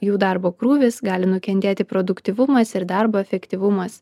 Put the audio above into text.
jų darbo krūvis gali nukentėti produktyvumas ir darbo efektyvumas